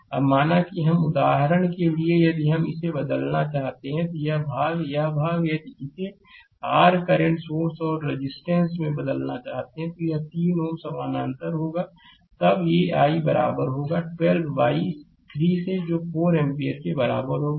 अब माना कि यदि हम उदाहरण के लिए यदि हम इसे में बदलना चाहते हैं तो यह भाग यह भाग यदि इसे r करंट सोर्स और रेजिस्टेंस में बदलना चाहते हैं तो यह 3 Ω समानांतर होगा तब ai बराबर होगा 12 बाइ 3 से जो 4 एम्पीयर के बराबर है